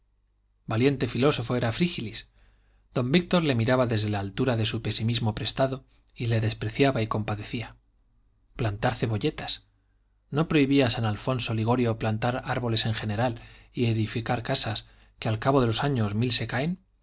valiente filósofo era frígilis don víctor le miraba desde la altura de su pesimismo prestado y le despreciaba y compadecía plantar cebolletas no prohibía san alfonso ligorio plantar árboles en general y edificar casas que al cabo de los años mil se caen